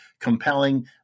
compelling